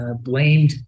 blamed